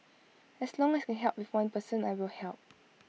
as long as I can help one person I will help